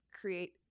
create